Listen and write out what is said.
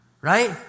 Right